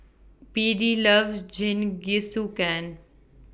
Beadie loves Jingisukan